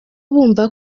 bumva